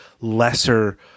lesser